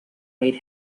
made